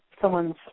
someone's